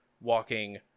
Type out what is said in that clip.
walking